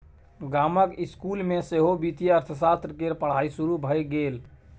गामक इसकुल मे सेहो वित्तीय अर्थशास्त्र केर पढ़ाई शुरू भए गेल